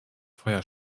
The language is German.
feuer